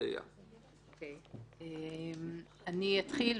אני אתחיל,